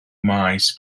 maes